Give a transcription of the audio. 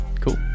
cool